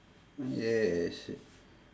yes